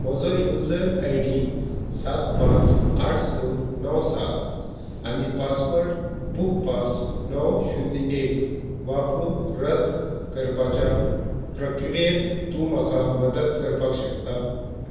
म्हजो user I D सात पांच आठ स णव सात आनी पासवर्ड बूक पांच णव शुन्य एक वापरून रद्द करपाच्या प्रक्रियेंत तूं म्हाका मदत करपाक शकता